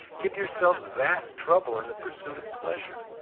give yourselves vast trouble in the pursuit of pleasure.